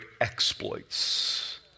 exploits